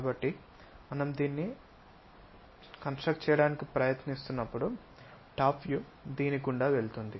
కాబట్టి మనం దీన్ని చేయడానికి ప్రయత్నిస్తున్నప్పుడు టాప్ వ్యూ దీని గుండా వెళుతుంది